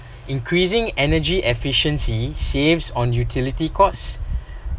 increasing energy efficiency saves on utility costs